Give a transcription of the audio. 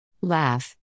laugh